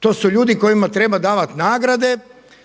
To su ljudi kojima treba davati nagrade,